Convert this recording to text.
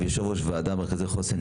יושב ראש ועדה מרכזי חוסן,